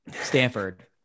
Stanford